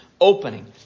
opening